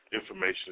information